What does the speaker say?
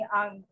ang